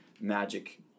magic